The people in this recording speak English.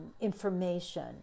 information